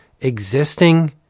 existing